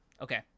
okay